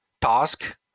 task